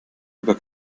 über